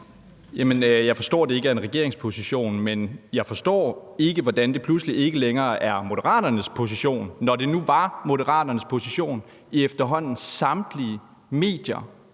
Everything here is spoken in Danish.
Jeg forstår, at det ikke er en regeringsposition, men jeg forstår ikke, hvordan det pludselig ikke længere er Moderaternes position, når det nu har været Moderaternes position i efterhånden samtlige medier